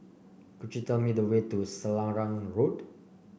could you tell me the way to Selarang Road